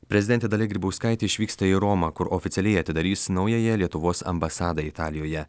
prezidentė dalia grybauskaitė išvyksta į romą kur oficialiai atidarys naująją lietuvos ambasadą italijoje